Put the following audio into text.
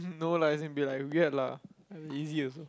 no lah as in be like weird lah easy also